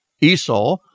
Esau